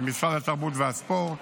התרבות והספורט